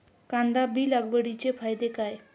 कांदा बी लागवडीचे फायदे काय?